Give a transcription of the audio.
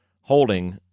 holding